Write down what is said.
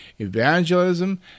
Evangelism